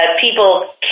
people